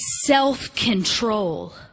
self-control